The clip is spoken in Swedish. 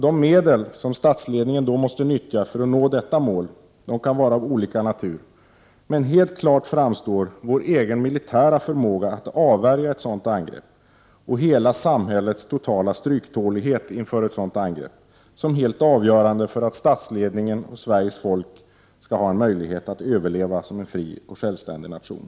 De medel som statsledningen då måste nyttja för att nå detta mål kan vara av olika natur, men helt klart framstår vår egen militära förmåga att avvärja ett sådant angrepp och samhällets totala stryktålighet inför ett sådant angrepp som helt avgörande för att statsledningen skall kunna åstadskomma att Sverige har möjlighet att överleva som en fri och självständig nation.